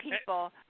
people